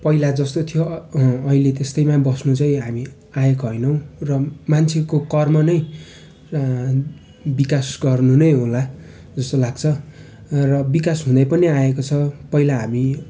पहिला जस्तो थियो अहिले त्यस्तैमा बस्नु चाहिँ हामी आएको होइनौँ र मान्छेको कर्म नै विकास गर्नु नै होला जस्तो लाग्छ र विकास हुँदै पनि आएको छ पहिला हामी